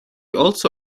also